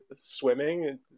swimming